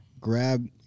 grab –